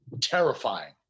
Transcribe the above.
terrifying